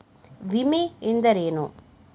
ವಿಮೆ ಎಂದರೇನು?